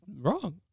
wrong